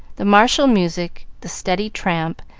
the martial music, the steady tramp,